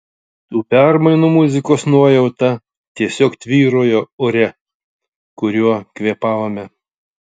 tų permainų muzikos nuojauta tiesiog tvyrojo ore kuriuo kvėpavome